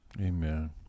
Amen